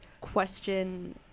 question